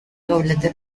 doblete